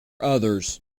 others